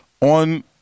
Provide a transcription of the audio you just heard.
on